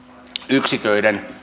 yksiköiden